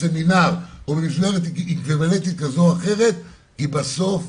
הסמינר או במסגרת אקוויוולנטית כזו או אחרת כי בסוף